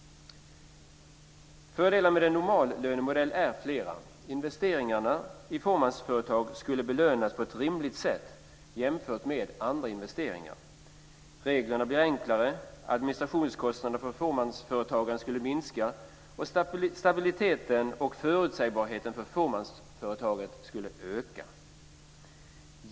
Fördelarna med en normallönemodell är flera. Investeringar i fåmansföretag skulle belönas på ett rimligt sätt jämfört med andra investeringar. Reglerna blir enklare. Administrationskostnaderna för fåmansföretagaren skulle minska, och stabiliteten och förutsägbarheten för fåmansföretaget skulle öka.